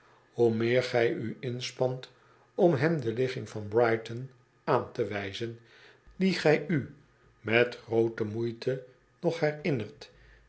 hoe meer gij u inspant om hem de ligging van brighton aan te wijzen die gij u met groote moeite nog herinnert